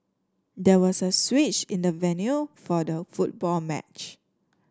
there was a switch in the venue for the football match